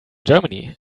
germany